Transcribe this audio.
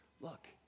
Look